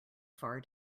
far